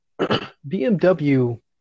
BMW